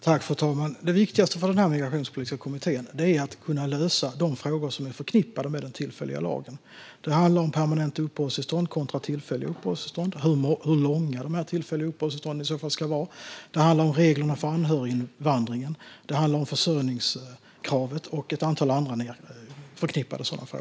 Fru talman! Det viktigaste för den migrationspolitiska kommittén är att kunna lösa de frågor som är förknippade med den tillfälliga lagen. Det handlar om permanenta uppehållstillstånd kontra tillfälliga uppehållstillstånd och om hur långa de tillfälliga uppehållstillstånden i så fall ska vara. Det handlar om reglerna för anhöriginvandringen. Det handlar om försörjningskravet och ett antal andra frågor som är förknippade med det här.